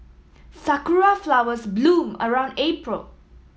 sakura flowers bloom around April